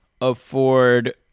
afford